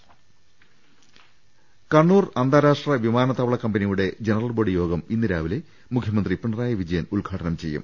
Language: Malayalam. രുട്ട്ട്ട്ട്ട്ട്ട്ട കണ്ണൂർ അന്താരാഷ്ട്ര വിമാനത്താവള കമ്പനിയുടെ ജനറൽബോഡി യോഗം ഇന്ന് രാവിലെ മുഖ്യമന്ത്രി പിണറായി വിജയൻ ഉദ്ഘാടനം ചെയ്യും